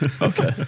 Okay